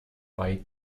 bite